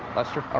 lester.